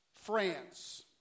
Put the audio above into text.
France